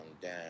down